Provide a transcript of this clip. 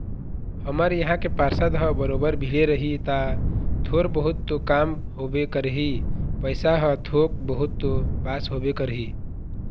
हमर इहाँ के पार्षद ह बरोबर भीड़े रही ता थोर बहुत तो काम होबे करही पइसा ह थोक बहुत तो पास होबे करही